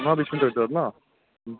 পোন্ধৰ বিশ মিনিটৰ ভিতৰত ন